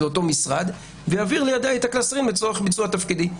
אותו משרד ויעביר לידיי את הקלסרים לצורך ביצוע תפקידי.